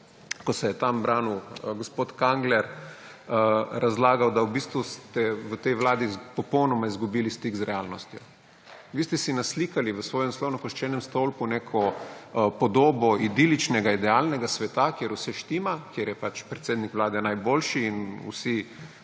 ko se je tam branil gospod Kangler, razlagal, da v bistvu ste v tej vladi popolnoma izgubili stik z realnostjo. Vi ste si naslikali v svojem slonokoščenem stolpu neko podobno idiličnega idealnega sveta, kjer vse štima, ker je pač predsednik Vlade najboljši in vsi